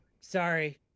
sorry